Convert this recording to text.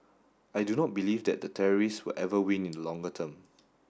I do not believe that the terrorists will ever win in the longer term